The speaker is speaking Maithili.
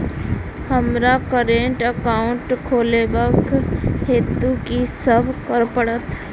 हमरा करेन्ट एकाउंट खोलेवाक हेतु की सब करऽ पड़त?